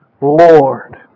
Lord